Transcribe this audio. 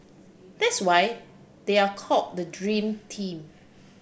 that's why they are called the dream team